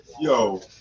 Yo